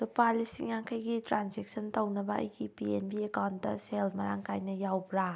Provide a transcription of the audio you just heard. ꯂꯨꯄꯥ ꯂꯤꯁꯤꯡ ꯌꯥꯡꯈꯩꯒꯤ ꯇ꯭ꯔꯥꯟꯖꯦꯛꯁꯟ ꯇꯧꯅꯕ ꯑꯩꯒꯤ ꯄꯤ ꯑꯦꯟ ꯕꯤ ꯑꯦꯀꯥꯎꯟꯗ ꯁꯦꯜ ꯃꯔꯥꯡ ꯀꯥꯏꯅ ꯌꯥꯎꯕ꯭ꯔꯥ